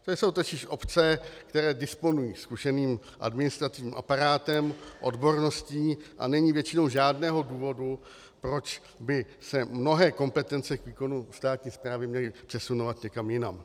To jsou totiž obce, které disponují zkušeným administrativním aparátem, odborností, a není většinou žádného důvodu, proč by se mnohé kompetence k výkonu státní správy měly přesunovat někam jinam.